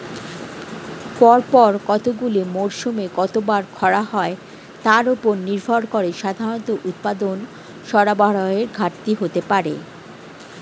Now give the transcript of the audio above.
পরপর কতগুলি মরসুমে কতবার খরা হয় তার উপর নির্ভর করে সাধারণত উৎপাদন সরবরাহের ঘাটতি হতে পারে